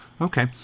Okay